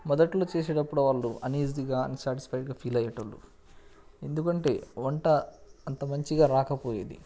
మొదట్లో చేసేటప్పుడు వాళ్ళు అన్ఈజీగా అన్సాటిస్ఫైడ్గా ఫీల్ అయ్యే వాళ్ళు ఎందుకంటే వంట అంత మంచిగా రాకపోయేది